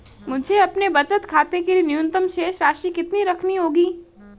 मुझे अपने बचत खाते के लिए न्यूनतम शेष राशि कितनी रखनी होगी?